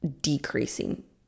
decreasing